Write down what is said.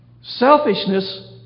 Selfishness